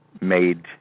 made